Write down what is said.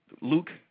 Luke